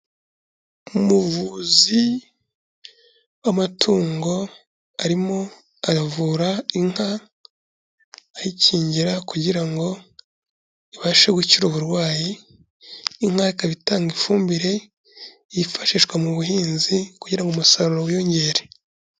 Umuvuzi w'amatungo arimo aravura inka ay'ikingira kugira ngo ibashe gukira uburwayi, inka ikaba itanga ifumbire yifashishwa mu buhinzi kugira ngo umusaruro wiyongere.